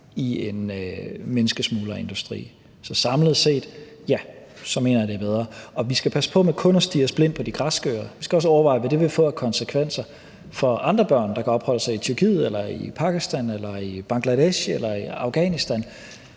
i en menneskesmuglerindustri. Så samlet set: Ja, så mener jeg, at det er bedre. Og vi skal passe på med kun at stirre os blinde på de græske øer; vi skal også overveje, hvad det vil få af konsekvenser for andre børn, der kan opholde sig i Tyrkiet eller i Pakistan eller i Bangladesh eller i Afghanistan,